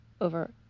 over